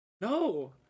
No